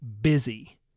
busy